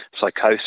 psychosis